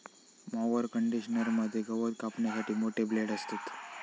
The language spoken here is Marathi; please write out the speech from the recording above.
मॉवर कंडिशनर मध्ये गवत कापण्यासाठी मोठे ब्लेड असतत